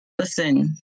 listen